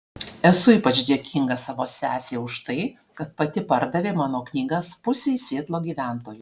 esu ypač dėkinga savo sesei už tai kad pati pardavė mano knygas pusei sietlo gyventojų